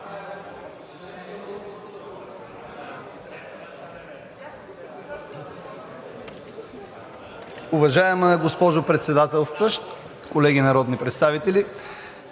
уважаема госпожо Председател. Уважаеми колеги народни представители!